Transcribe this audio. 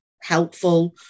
helpful